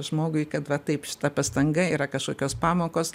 žmogui kad va taip šita pastanga yra kašokios pamokos